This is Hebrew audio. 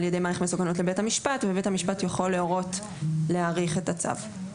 ידי מעריך מסוכנות ובית המשפט יכול להורות להאריך את הצו.